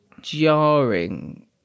jarring